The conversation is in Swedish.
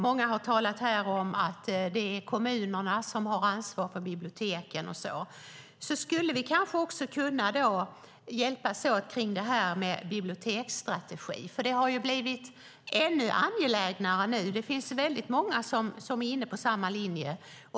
Många har talat om att kommunerna har ansvar för biblioteken. Vi kanske kan hjälpas åt i fråga om en biblioteksstrategi. Den har blivit än mer angelägen, och många är inne på samma linje.